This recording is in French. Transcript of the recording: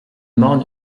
morne